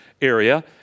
area